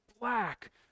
black